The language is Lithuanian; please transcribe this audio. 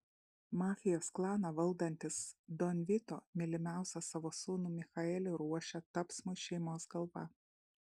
mafijos klaną valdantis don vito mylimiausią savo sūnų michaelį ruošia tapsmui šeimos galva